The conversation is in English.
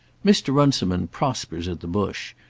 mr. runciman prospers at the bush,